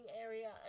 area